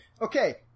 okay